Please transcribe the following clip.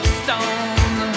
stone